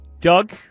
Doug